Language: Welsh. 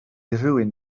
rywun